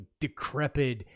decrepit